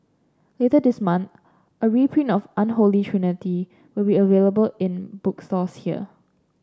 later this month a reprint of Unholy Trinity will be available in bookstores here